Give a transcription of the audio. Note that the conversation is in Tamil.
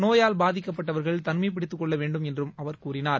நோயால் பாதிக்கப்பட்டவர்கள் தனிமைப்படுத்திக் கொள்ள வேண்டும் என்றும் அவர் கூறினார்